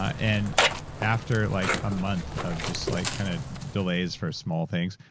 and after like a month of just like kind of delays for small things,